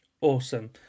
Awesome